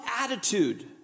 attitude